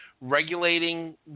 regulating